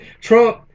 Trump